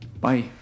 Bye